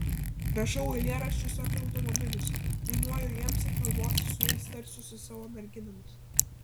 rašau eilėraščius apie automobilius dainuoju jiems ir kalbuosi su jais tarsi su savo merginomis